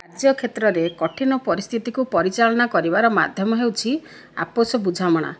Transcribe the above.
କାର୍ଯ୍ୟ କ୍ଷେତ୍ରରେ କଠିନ ପରିସ୍ଥିତିକୁ ପରିଚାଳନା କରିବାର ମାଧ୍ୟମ ହେଉଛି ଆପସ ବୁଝାମଣା